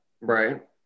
Right